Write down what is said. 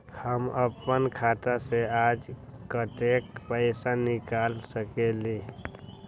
हम अपन खाता से आज कतेक पैसा निकाल सकेली?